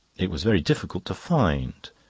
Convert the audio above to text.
it was very difficult to find